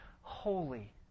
holy